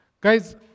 Guys